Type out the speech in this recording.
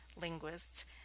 linguists